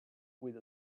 with